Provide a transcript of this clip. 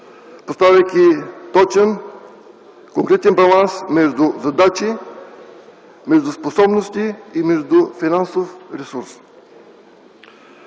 поставяйки точен, конкретен баланс между задачи, способности и финансов ресурс.